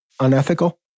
Unethical